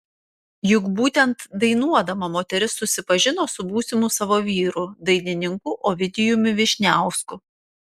juk būtent dainuodama moteris susipažino su būsimu savo vyru dainininku ovidijumi vyšniausku